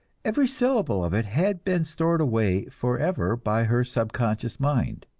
every syllable of it had been stored away forever by her subconscious mind.